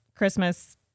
Christmas